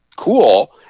cool